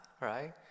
right